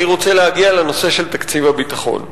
אני רוצה להגיע לנושא של תקציב הביטחון.